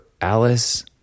Alice